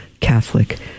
Catholic